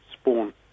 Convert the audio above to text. spawn